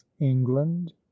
England